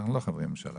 אנחנו לא חברי ממשלה